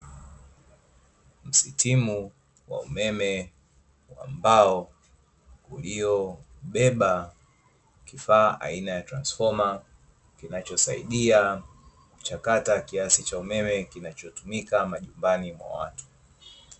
Mstimu wa umeme wa mbao uliobeba kifaa aina ya transifoma, kinachosaidia kuchakata kiasi cha umeme, kinachotumika majumbani mwa watu.